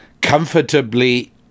comfortably